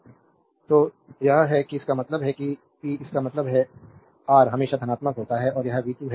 slide time देखें 2140 तो यह है कि इसका मतलब है पी इसका मतलब है R हमेशा धनात्मक होता है और यह v2 है